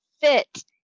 fit